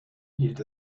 hielt